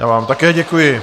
Já vám také děkuji.